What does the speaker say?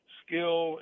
skill